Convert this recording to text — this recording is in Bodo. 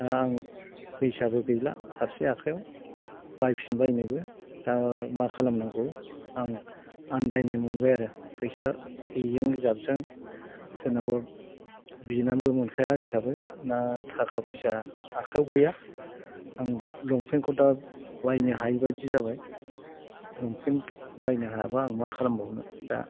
दा आं फैसाबो गैला फारसे आखायाव बायफिन बायनोबो दा मा खालामनांगौ आं आन्दायनाय मोनबाय आरो फैसा गैयिजों जाबजों सोरनावबा बिनानैबो मोनखाया हिसाबै ना थाखा फैसा आखायाव गैया आं लंपेन्टखौ दा बायनो हायिबायदि जाबाय लंपेन्ट बायनो हायाब्ला आं मा खालामबावनो दा